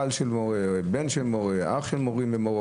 בעל של מורה, בן של מורה, אח של מורים ומורות.